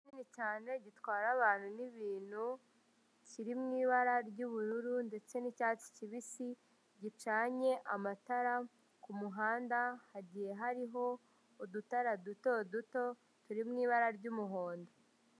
Ikimodoka kinini cyane gitwara abantu n'ibintu, kiri mu ibara ry'ubururu, ndetse n'icyatsi kibisi gicanye amatara ku muhanda hagiye hariho udutara duto duto turi mu ibara ry'umuhondo.